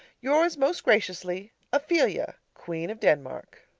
yours most graciously, ophelia, queen of denmark.